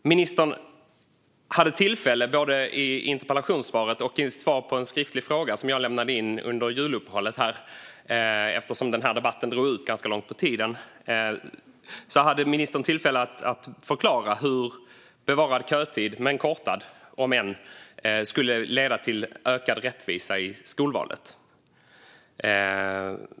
Ministern hade tillfälle både i interpellationssvaret och i sitt svar på en skriftlig fråga som jag lämnade in under juluppehållet - eftersom den här debatten drog ut ganska långt på tiden - att förklara hur bevarad men kortad kötid skulle leda till ökad rättvisa i skolvalet.